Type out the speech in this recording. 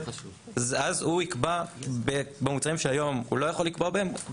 אז הוא יקבע במוצרים שהיום הוא לא יכול לקבוע בהם.